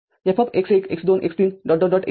Fx१ x२ x३ xN x१'